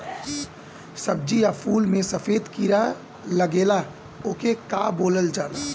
सब्ज़ी या फुल में सफेद कीड़ा लगेला ओके का बोलल जाला?